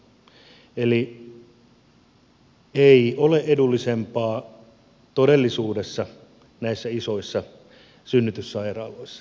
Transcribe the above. eli ei ole edullisempaa todellisuudessa näissä isoissa synnytyssairaaloissa